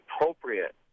appropriate